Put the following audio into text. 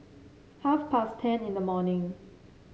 half past ten in the morning